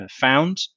found